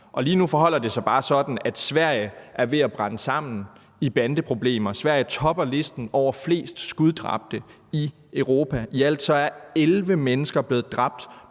Lige nu forholder det sig bare sådan, at Sverige er ved at brænde sammen på grund af bandeproblemer. Sverige topper listen over flest skuddræbte i Europa. I alt er 11 mennesker blevet dræbt